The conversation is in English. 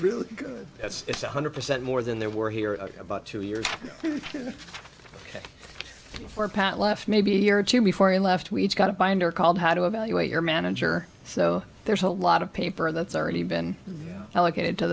really good it's one hundred percent more than there were here about two years before pat left maybe a year or two before he left we each got a binder called how to evaluate your manager so there's a lot of paper that's already been allocated to